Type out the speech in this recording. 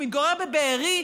שמתגורר בבארי,